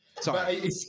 Sorry